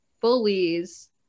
bullies